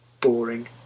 boring